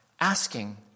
asking